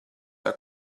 are